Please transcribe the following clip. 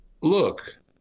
look